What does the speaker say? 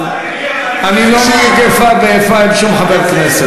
אבל אני לא נוהג איפה ואיפה עם שום חבר כנסת.